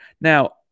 Now